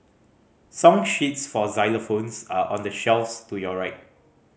song sheets for xylophones are on the shelves to your right